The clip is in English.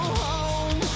home